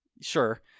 Sure